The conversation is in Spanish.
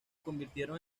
convirtieron